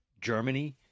Germany